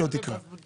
דיברנו על זה.